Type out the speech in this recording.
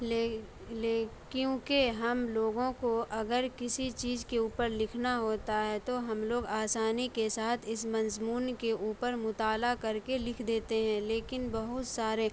لے لے کیونکہ ہم لوگوں کو اگر کسی چیز کے اوپر لکھنا ہوتا ہے تو ہم لوگ آسانی کے ساتھ اس مضمون کے اوپر مطالعہ کر کے لکھ دیتے ہیں لیکن بہت سارے